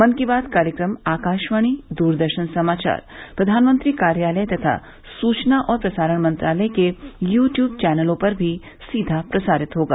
मन की बात कार्यक्रम आकाशवाणी दूरदर्शन समाचार प्रधानमंत्री कार्यालय तथा सूचना और प्रसारण मंत्रालय के यूट्यूब चैनलों पर भी सीधा प्रसारित होगा